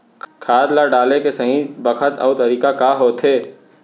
खाद ल डाले के सही बखत अऊ तरीका का होथे?